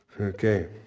Okay